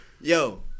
yo